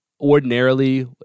ordinarily